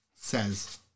says